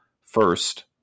first